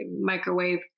microwave